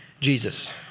Jesus